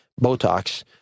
Botox